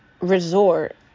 resort